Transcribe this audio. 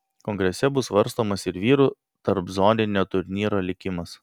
kongrese bus svarstomas ir vyrų tarpzoninio turnyro likimas